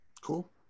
Cool